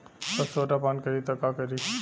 पशु सोडा पान करी त का करी?